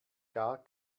gar